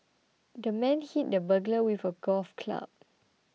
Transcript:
the man hit the burglar with a golf club